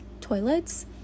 toilets